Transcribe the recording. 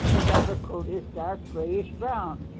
his upper coat is dark grayish-brown,